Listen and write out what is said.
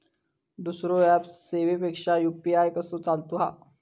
दुसरो ऍप सेवेपेक्षा यू.पी.आय कसो चांगलो हा?